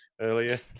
earlier